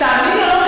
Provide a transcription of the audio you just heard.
תאמיני או לא,